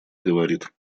говорит